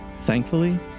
Thankfully